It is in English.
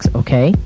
okay